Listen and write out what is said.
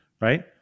right